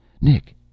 Nick